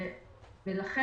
ולכן